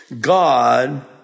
God